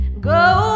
Go